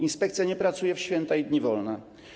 Inspekcja nie pracuje w święta i dni wolne.